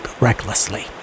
recklessly